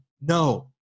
No